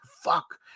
fuck